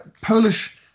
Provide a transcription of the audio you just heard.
Polish